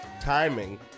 timing